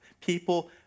People